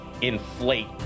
inflate